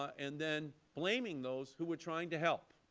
and then blaming those who were trying to help.